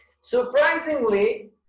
Surprisingly